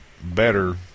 better